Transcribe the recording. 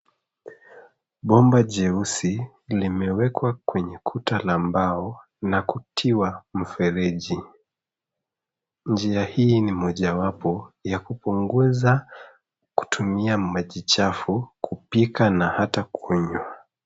Bomba jeusi limewekwa kwenye kuta la mbao na kutiwa mfereji. Njia hii ni mojawapo ya kupunguza kutuimia maji chafu kupika na hata kunywa.